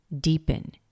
deepen